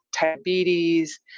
diabetes